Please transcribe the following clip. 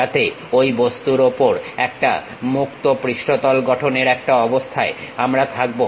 যাতে ঐ বস্তুর ওপর একটা মুক্ত পৃষ্ঠতল গঠনের একটা অবস্থায় আমরা থাকবো